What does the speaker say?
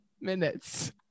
minutes